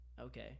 okay